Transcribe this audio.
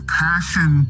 passion